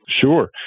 Sure